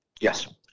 Yes